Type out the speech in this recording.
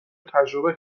تجربه